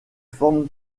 forment